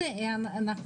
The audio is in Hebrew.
אנחנו